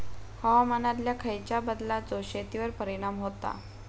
हवामानातल्या खयच्या बदलांचो शेतीवर परिणाम होता?